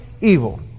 evil